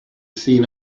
seen